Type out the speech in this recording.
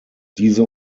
diese